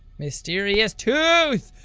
mysterious tooth!